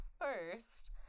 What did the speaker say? First